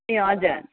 ए हजुर